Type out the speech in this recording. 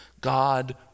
God